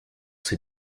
ses